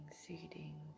seeding